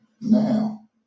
Now